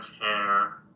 hair